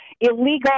illegal